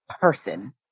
person